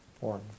One